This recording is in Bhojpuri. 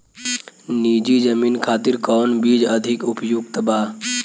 नीची जमीन खातिर कौन बीज अधिक उपयुक्त बा?